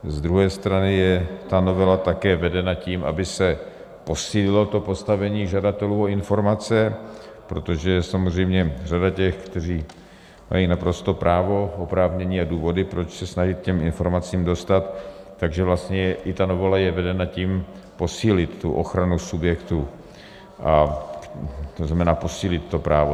Z druhé strany je ta novela také vedena tím, aby se posílilo postavení žadatelů o informace, protože je samozřejmě řada těch, kteří mají naprosté právo a oprávněné důvody, proč se snaží k informacím dostat, takže vlastně ta novela je vedena i tím posílit ochranu subjektů, to znamená posílit to právo.